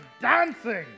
dancing